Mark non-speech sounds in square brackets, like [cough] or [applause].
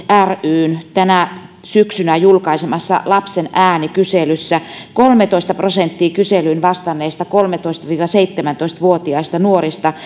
ryn tänä syksynä julkaisemassa lapsen ääni kyselyssä kolmetoista prosenttia kyselyyn vastanneista kolmetoista viiva seitsemäntoista vuotiaista nuorista [unintelligible]